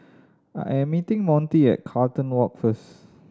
I am meeting Montie at Carlton Walk first